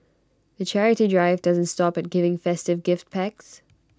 the charity drive doesn't stop at giving festive gift packs